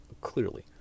clearly